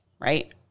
right